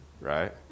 Right